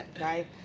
right